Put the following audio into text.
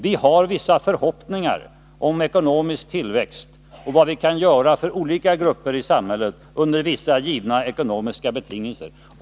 Vi har vissa förhoppningar om ekonomisk tillväxt och om vad vi kan göra för olika grupper i samhället under vissa givna ekonomiska betingelser.